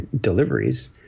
deliveries